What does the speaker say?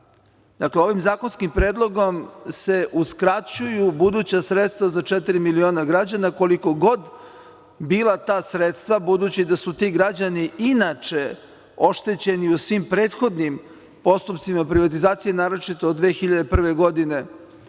prava. Dakle, ovim zakonskim predlogom se uskraćuju buduća sredstva za četiri miliona građana, koliko god bila ta sredstva, budući da su ti građani inače oštećeni u svim prethodnim postupcima privatizacije naročito od 2001. godine